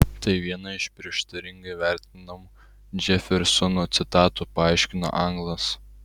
tai viena iš prieštaringai vertinamų džefersono citatų paaiškino anglas